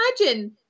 imagine